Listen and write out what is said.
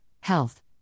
health